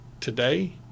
today